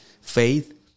Faith